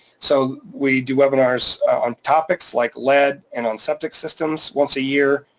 so we do webinars on topics like lead and on septic systems once a year,